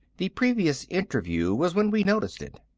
the previous interview was when we noticed it.